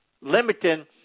limiting